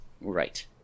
Right